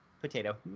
potato